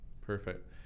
Perfect